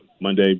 Monday